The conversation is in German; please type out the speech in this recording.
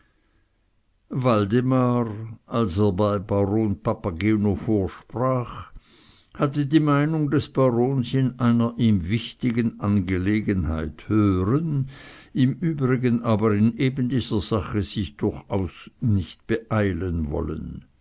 waldemar als er bei baron papageno vorsprach hatte die meinung des barons in einer ihm wichtigen angelegenheit hören im übrigen aber in eben dieser sache sich durchaus nicht beeilen wollen